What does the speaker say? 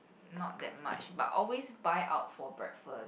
not that much but always buy out for breakfast